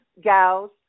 gals